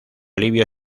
livio